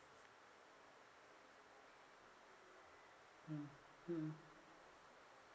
mm mm